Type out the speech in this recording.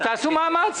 תעשו מאמץ,